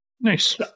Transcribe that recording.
Nice